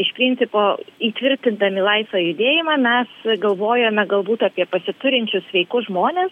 iš principo įtvirtindami laisvą judėjimą mes galvojome galbūt apie pasiturinčius sveikus žmones